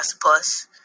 plus